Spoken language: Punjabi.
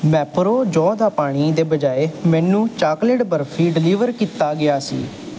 ਮੈਪਰੋ ਜੌਂ ਦਾ ਪਾਣੀ ਦੀ ਬਜਾਏ ਮੈਨੂੰ ਚਾਕਲੇਟ ਬਰਫੀ ਡਲੀਵਰ ਕੀਤਾ ਗਿਆ ਸੀ